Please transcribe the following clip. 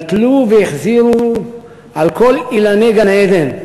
נטלוּ והחזירוּ על כל אילני גן-עדן,